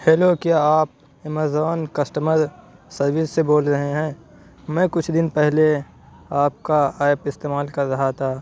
hello کیا آپ Amazon customer service سے بول رہے ہیں میں کچھ دن پہلے آپ کا ایپ استعمال کر رہا تھا